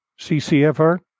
CCFR